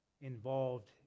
involved